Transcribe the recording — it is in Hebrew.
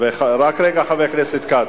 רק רגע, חבר הכנסת כץ.